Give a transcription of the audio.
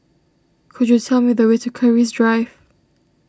could you tell me the way to Keris Drive